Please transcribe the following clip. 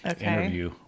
interview